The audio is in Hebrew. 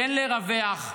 כן לרווח,